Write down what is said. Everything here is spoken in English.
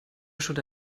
should